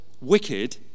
wicked